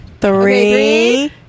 Three